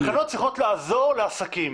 התקנות צריכות לעזור לעסקים.